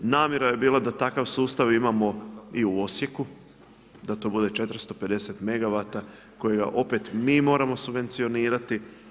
Namjera je bila da takav sustav imamo i u Osijeku, da to bude 450 megawata, kojega opet mi moramo subvencionirati.